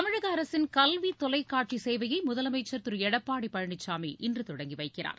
தமிழக அரசின் கல்வி தொலைக்காட்சி சேவையை முதலமைச்சர் திரு எடப்பாடி பழனிசாமி இன்று தொடங்கி வைக்கிறார்